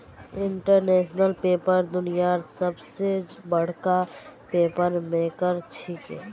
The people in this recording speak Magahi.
इंटरनेशनल पेपर दुनियार सबस बडका पेपर मेकर छिके